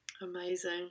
Amazing